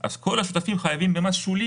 אז כל השותפים חייבים במס שולי